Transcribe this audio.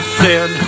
sin